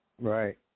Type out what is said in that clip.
Right